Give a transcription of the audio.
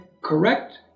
correct